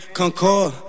concord